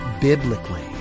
biblically